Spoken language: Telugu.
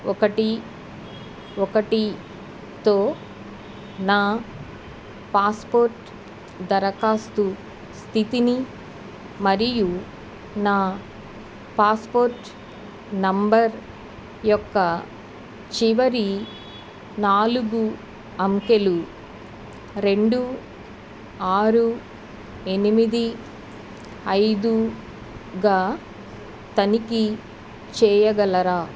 ఒకటి ఒకటితో నా పాస్పోర్ట్ దరఖాస్తు స్థితిని మరియు నా పాస్పోర్ట్ నెంబర్ యొక్క చివరి నాలుగు అంకెలు రెండు ఆరు ఎనిమిది ఐదుగా తనిఖీ చేయగలరా